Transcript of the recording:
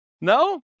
no